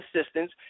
assistance